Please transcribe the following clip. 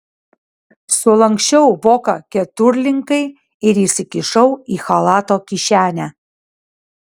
sulanksčiau voką keturlinkai ir įsikišau į chalato kišenę